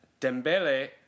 Dembele